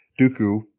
Dooku